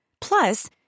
Plus